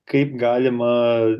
kaip galima